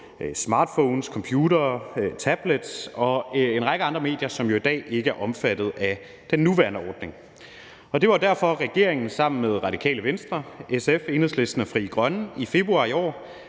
smartphones, computere, tablets og en række andre medier, som i dag ikke er omfattet af den nuværende ordning. Det var derfor, regeringen sammen med Radikale Venstre, SF, Enhedslisten og Frie Grønne i februar i år